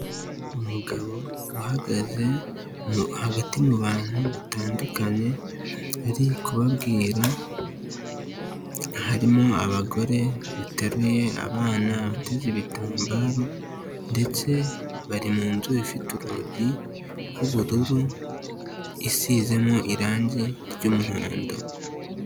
Umugabo uhagaze hagati mu bantu batandukanye ari kubabwira, harimo abagore bateruye abana bateze ibitambaro ndetse bari mu nzu ifite urugi rw'ubururu, isizemo irangi ry'umuhondo.